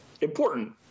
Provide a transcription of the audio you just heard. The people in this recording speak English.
important